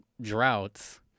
droughts